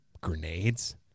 grenades